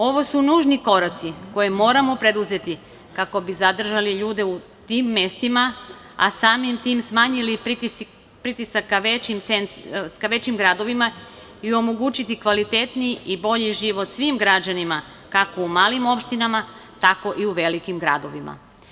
Ovo su nužni koraci koje moramo preduzeti kako bi zadržali ljude u tim mestima, a samim tim smanjili pritisak za većim gradovima i omogućiti kvalitetniji i bolji život svim građanima kako u malim opštinama, tako i u velikim gradovima.